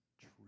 true